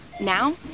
Now